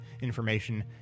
information